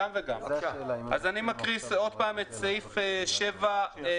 אני מקריא שוב את סעיף 7(ג):